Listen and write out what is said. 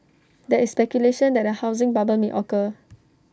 there is speculation that A housing bubble may occur